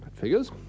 figures